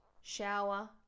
shower